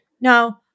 No